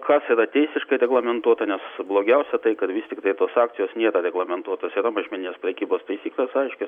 kas yra teisiškai reglamentuota nes blogiausia tai kad vistiktai tos akcijos nėra reglamentuotos yra mažmeninės prekybos taisyklės aiškios